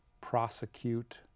prosecute